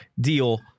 deal